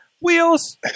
Wheels